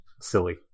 silly